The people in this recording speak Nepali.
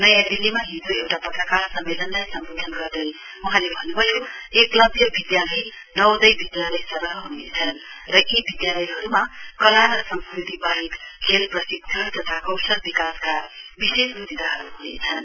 नयाँ दिल्लीमा हिजो एउटा पत्रकार सम्मेलनलाई सम्बोधन गर्दै वहाँले भन्न्भयो एकलब्य विधालय नवोदय विधालय सरह हुनेछन् र यी विधालयहरुमा कला र संस्कृति वाहेक खेल प्रशिक्षण तथा कौशल विकासका विशेष स्विधाहरु हनेछन्